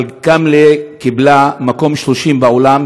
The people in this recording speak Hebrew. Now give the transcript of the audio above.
אבל כאמלה קיבלה מקום 30 בעולם,